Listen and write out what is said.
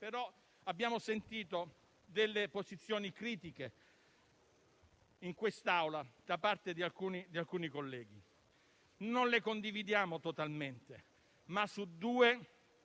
però, sentito esprimere delle posizioni critiche in quest'Aula da parte di alcuni colleghi. Non le condividiamo totalmente, ma due